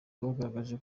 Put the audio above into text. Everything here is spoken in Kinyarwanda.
rwagaragaje